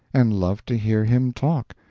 and loved to hear him talk,